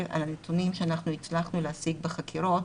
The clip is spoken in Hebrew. על הנתונים שאנחנו הצלחנו להשיג בחקירות